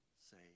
say